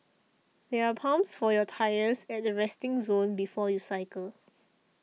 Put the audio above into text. there are pumps for your tyres at the resting zone before you cycle